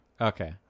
Okay